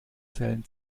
zellen